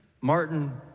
Martin